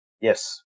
Yes